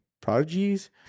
prodigies